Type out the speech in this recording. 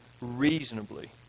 reasonably